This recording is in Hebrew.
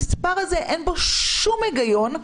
המספר הזה אין בו שום היגיון.